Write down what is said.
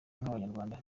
nk’abanyarwanda